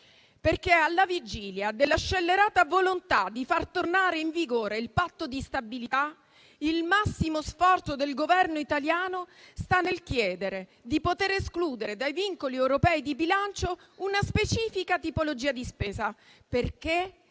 perché alla vigilia della scellerata volontà di far tornare in vigore il Patto di stabilità, il massimo sforzo del Governo italiano sta nel chiedere di poter escludere dai vincoli europei di bilancio una specifica tipologia di spesa perché